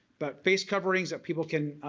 but face coverings that people can